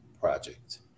project